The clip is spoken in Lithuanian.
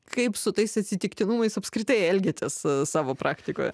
kaip su tais atsitiktinumais apskritai elgiatės savo praktikoje